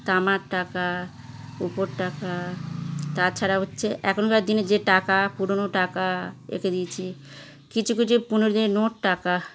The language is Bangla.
তামার টাকা রূপোর টাকা তাছাড়া হচ্ছে এখনকার দিনে যে টাকা পুরনো টাকা রেখে দিয়েছি কিছু কিছু পুরনো দিনের নোট টাকা